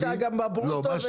גם בברוטו,